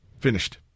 Finished